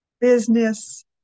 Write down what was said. business